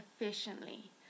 efficiently